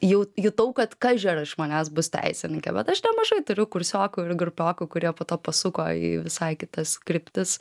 jau jutau kad kaži ar iš manęs bus teisininkė bet aš nemažai turiu kursiokų ir grupiokų kurie po to pasuko į visai kitas kryptis